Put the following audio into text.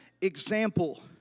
example